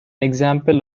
example